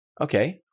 Okay